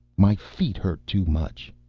my feet hurt too much.